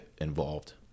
involved